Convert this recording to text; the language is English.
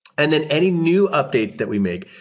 and then any new updates that we make,